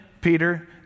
Peter